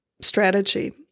strategy